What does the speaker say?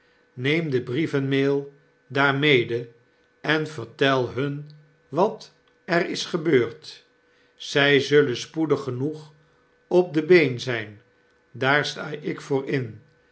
neem de brievenmaal daar mede en vertel hun wat er is gebeurd zij zullen spoedig genoeg op de been zyn daar sta ik voor in